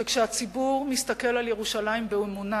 שכשהציבור מסתכל על ירושלים באמונה,